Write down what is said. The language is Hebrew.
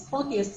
היא זכות יסוד,